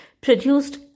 produced